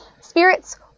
Spirits